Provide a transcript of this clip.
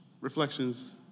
reflections